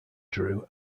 drew